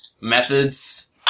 methods